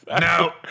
No